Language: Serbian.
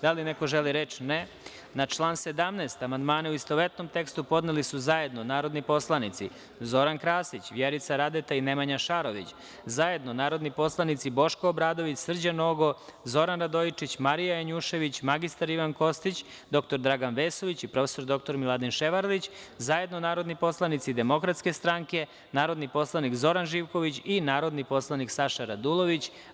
Da li neko želi reč? (Ne) Na član 17. amandmane, u istovetnom tekstu, podneli su zajedno narodni poslanici Zoran Krasić, Vjerica Radeta i Nemanja Šarović, zajedno narodni poslanici Boško Obradović, Srđan Nogo, Zoran Radojičić, Marija Janjušević, mr Ivan Kostić, dr Dragan Vesović i prof. dr Miladin Ševarlić, zajedno narodni poslanici DS, narodni poslanik Zoran Živković i narodni poslanik Saša Radulović.